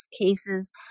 cases